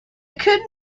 could